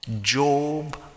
Job